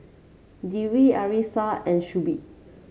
Dwi Arissa and Shuib